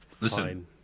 listen